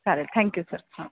चालेल thank you sir हां